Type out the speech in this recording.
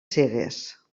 cegues